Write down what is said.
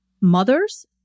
mothers